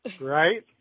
Right